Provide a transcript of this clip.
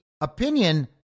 opinion